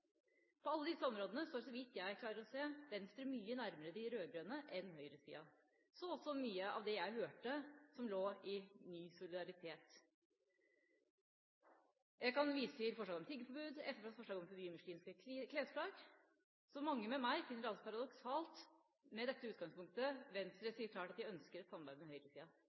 På alle disse områdene står så vidt jeg klarer å se, Venstre mye nærmere de rød-grønne enn høyresida, så også mye av det jeg hørte som lå i «ny solidaritet». Jeg kan vise til forslaget om tiggeforbud og Fremskrittspartiets forslag om å forby muslimske klesplagg. Mange med meg finner det paradoksalt med dette utgangspunktet at Venstre sier klart at de ønsker et samarbeid med høyresida.